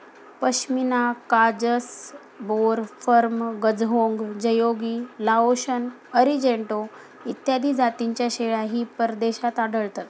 पश्मिना काजस, बोर, फर्म, गझहोंग, जयोगी, लाओशन, अरिजेंटो इत्यादी जातींच्या शेळ्याही परदेशात आढळतात